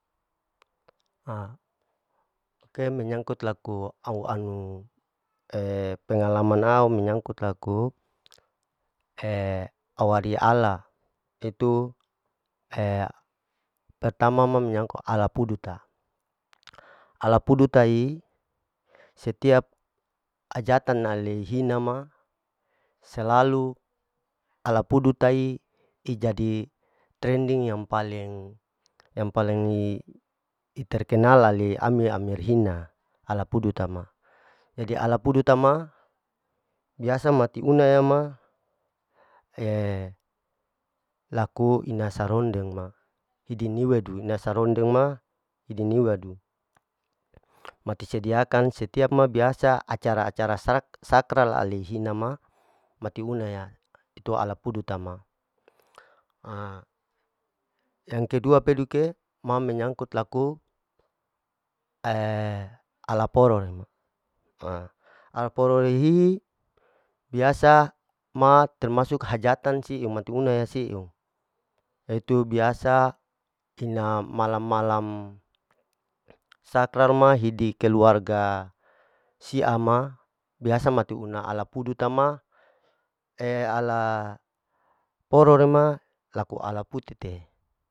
Ha ke menyangkut laku au anu pengalaman au menyangkut laku awadi ala, itu pertama ma menyangkut ala pudu ta, ala pudu tai setiap hajatan aleihina ma selalu ala pudu tai ijadi trending yang paling, yang paling i iterkenal alei ami-amir hina ala pudu tama, jadi ala pudu tama biasa mati una ya ma, laku ina sarondeng ma, hidiniwedu ina sarondeng ma niwedu, matisediakan setiap ma biasa acara-acara sakral aleihin ama matiuna titu ala pudu tama, yang kedua peduke ma menyangkut laku ala poro lema, ee ala poro leihi biasa ma termasuk hajatan siu matiuna ya siu, yaitu biasa ina malam-malam sakral ma hidi keluarga sia ma biasa matiuna ala pudu tama ala poro rema laku ala putete.